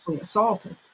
assaulted